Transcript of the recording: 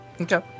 Okay